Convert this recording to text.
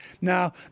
Now